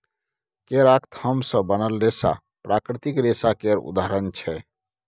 केराक थाम सँ बनल रेशा प्राकृतिक रेशा केर उदाहरण छै